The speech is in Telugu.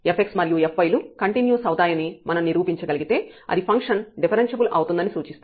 fx మరియు fy లు కంటిన్యూస్ అవుతాయని మనం నిరూపించగలిగితే అది ఫంక్షన్ డిఫరెన్ష్యబుల్ అవుతుందని సూచిస్తుంది